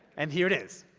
and here it is.